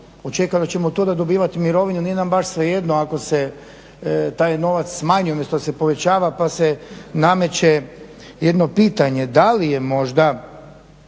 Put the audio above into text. očekujemo da ćemo to dobivati mirovinu i nije nam baš svejedno ako se taj novac smanji umjesto da se povećava pa se nameće jedno pitanje. Da li je možda